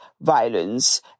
violence